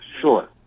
Sure